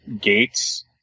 gates